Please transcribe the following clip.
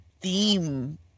theme